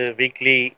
weekly